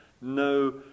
no